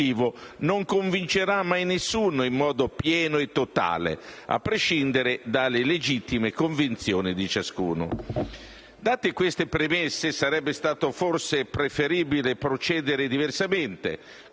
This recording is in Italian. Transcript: non convincerà mai nessuno in modo pieno e totale, a prescindere dalle legittime convinzioni di ciascuno. Date queste premesse, sarebbe stato forse preferibile procedere diversamente,